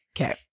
Okay